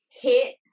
hit